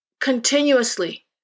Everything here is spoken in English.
continuously